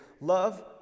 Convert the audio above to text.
Love